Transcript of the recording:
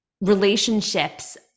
relationships